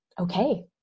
okay